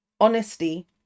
honesty